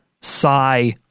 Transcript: sigh